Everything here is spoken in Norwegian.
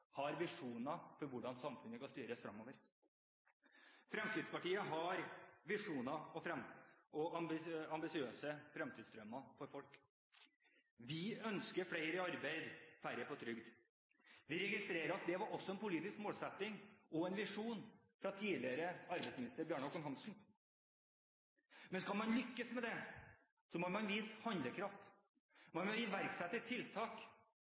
fremtidsvyer, visjoner for hvordan samfunnet skal styres fremover. Fremskrittspartiet har visjoner og ambisiøse fremtidsdrømmer for folk. Vi ønsker flere i arbeid, færre på trygd. Vi registrerer at det også var en politisk målsetting og en visjon for tidligere arbeidsminister Bjarne Håkon Hanssen. Men skal man lykkes med det, må man vise handlekraft. Man må iverksette tiltak